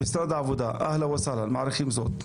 אהלן וסהלן, מעריכים זאת.